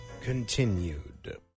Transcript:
continued